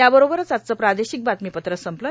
याबरोबरच आजचं प्रार्दोशक बातमीपत्र संपलं